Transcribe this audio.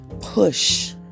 Push